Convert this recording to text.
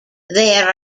there